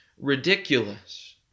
ridiculous